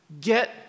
Get